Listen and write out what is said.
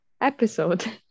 episode